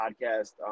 podcast